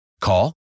Call